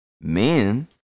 men